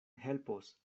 helpos